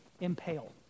impale